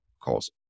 calls